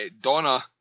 Donna